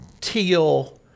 teal